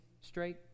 straight